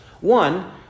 One